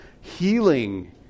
Healing